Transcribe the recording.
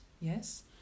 yes